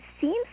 seems